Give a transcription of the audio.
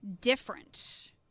different